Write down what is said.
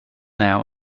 now